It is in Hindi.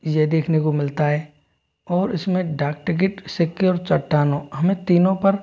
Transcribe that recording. ये देखने को मिलता है और इस में डाक टिकट सिक्के और चट्टानों हमें तीनों पर